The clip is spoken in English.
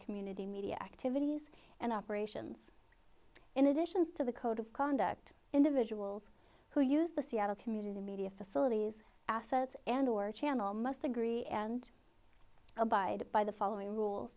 community media activities and operations in additions to the code of conduct individuals who use the seattle community media facilities assets and or channel must agree and abide by the following rules